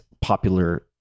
popular